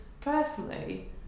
personally